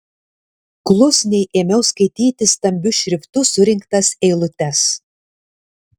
klusniai ėmiau skaityti stambiu šriftu surinktas eilutes